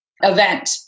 event